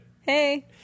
hey